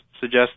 suggest